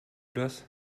das